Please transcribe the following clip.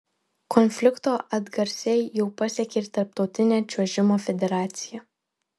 konflikto atgarsiai jau pasiekė ir tarptautinę čiuožimo federaciją